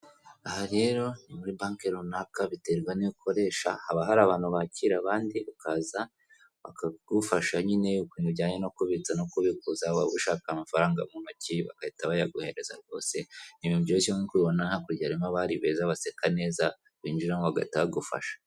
Aha rero ni muri banki runaka biterwa n'iyo ukoresha, haba hari abantu bakira abandi, ukaza bakagufasha nyine ku bintu bijyanye no kubitsa no kubikuza, waba ushaka amafaranga mu ntoki bagahita bayaguhereza rwose, ni ibintu byoroshye, nk'uko ubibona hakurya harimo abari beza baseka neza winjiramo bagahita bagufasha.